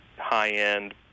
high-end